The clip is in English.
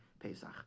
Pesach